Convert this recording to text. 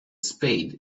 spade